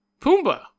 Pumbaa